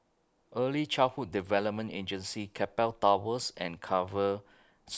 Early Childhood Development Agency Keppel Towers and Carver